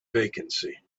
vacancy